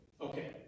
Okay